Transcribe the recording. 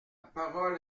parole